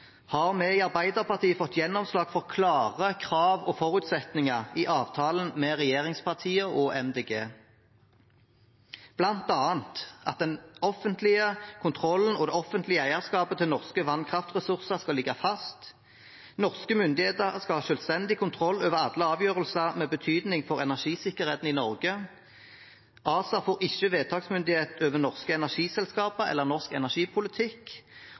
har vi i Arbeiderpartiet fått gjennomslag for klare krav og forutsetninger i avtalen med regjeringspartiene og Miljøpartiet De Grønne, bl.a. at den offentlige kontrollen og det offentlige eierskapet til norske vannkraftressurser skal ligge fast, at norske myndigheter skal ha selvstendig kontroll over alle avgjørelser med betydning for energisikkerheten i Norge, at ACER ikke får vedtaksmyndighet over norske energiselskaper eller norsk energipolitikk,